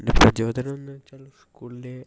എൻ്റെ പ്രചോദനം എന്ന് വെച്ചാൽ സ്കൂളിലെ